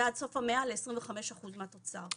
ועד סוף המאה ל-25 אחוזים מהתוצר.